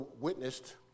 witnessed